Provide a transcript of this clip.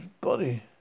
body